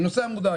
אני נוסע מודאג.